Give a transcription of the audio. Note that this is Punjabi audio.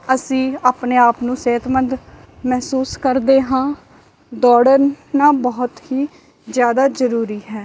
ਅਸੀਂ ਆਪਣੇ ਆਪ ਨੂੰ ਸਿਹਤਮੰਦ ਮਹਿਸੂਸ ਕਰਦੇ ਹਾਂ ਦੌੜਨਾ ਬਹੁਤ ਹੀ ਜ਼ਿਆਦਾ ਜ਼ਰੂਰੀ ਹੈ